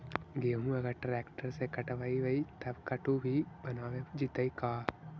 गेहूं अगर ट्रैक्टर से कटबइबै तब कटु भी बनाबे जितै का?